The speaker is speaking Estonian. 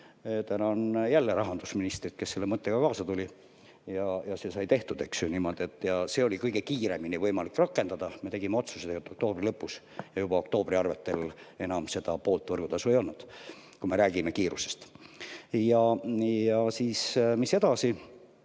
Tänan jälle rahandusministrit, kes selle mõttega kaasa tuli, ja see sai tehtud. Seda oli kõige kiiremini võimalik rakendada, me tegime otsuse oktoobri lõpus ja juba oktoobri arvetel enam poolt võrgutasu ei olnud, kui me räägime kiirusest. Ja mis edasi?